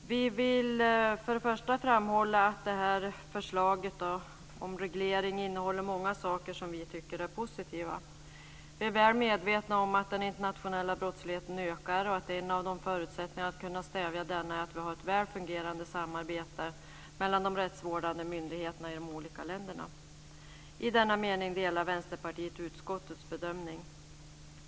Vi vill först och främst framhålla att förslaget om reglering innehåller många saker som vi tycker är positiva. Vi är väl medvetna om att den internationella brottsligheten ökar och att en av förutsättningarna för att stävja den är att vi har ett väl fungerande samarbete mellan de rättsvårdande myndigheterna i de olika länderna. I denna mening delar Vänsterpartiet utskottets bedömning.